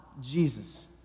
Jesus